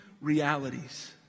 realities